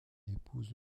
épouse